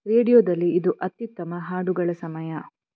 ರೇಡಿಯೊದಲ್ಲಿ ಇದು ಅತ್ಯುತ್ತಮ ಹಾಡುಗಳ ಸಮಯ